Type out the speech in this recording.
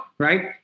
Right